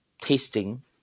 tasting